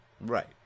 Right